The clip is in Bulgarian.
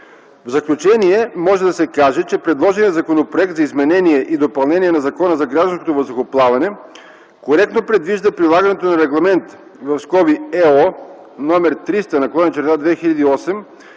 В заключение може да се каже, че предложеният Законопроект за изменение и допълнение на Закона за гражданското въздухоплаване коректно предвижда прилагането на Регламент (ЕО) № 300/2008